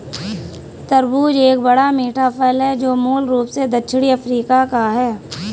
तरबूज एक बड़ा, मीठा फल है जो मूल रूप से दक्षिणी अफ्रीका का है